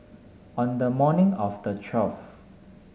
on the morning of the twelfth